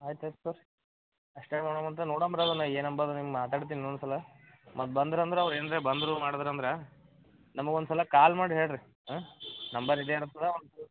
ಆಯ್ತಯ್ತು ತೋರಿ ಅಷ್ಟೇ ಮಾಡೋಣಂತ ನೋಡೋಣ್ರದನ್ನ ಏನು ಅಂಬೋದು ನಿಮ್ಗೆ ಮಾತಾಡ್ತೇನೆ ಇನ್ನೊಂದು ಸಲ ಮತ್ತು ಬಂದ್ರಂದ್ರೆ ಅವ್ರು ಏನರೆ ಬಂದರು ಮಾಡದ್ರು ಅಂದರೆ ನಮಗೆ ಒಂದು ಸಲ ಕಾಲ್ ಮಾಡಿ ಹೇಳಿರಿ ಹಾಂ ನಂಬರ್ ಇದೇ ಇರ್ತದೆ